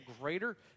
greater